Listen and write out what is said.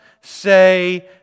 say